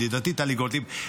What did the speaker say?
ידידתי טלי גוטליב,